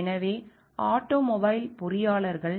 எனவே ஆட்டோமொபைல் பொறியாளர்கள்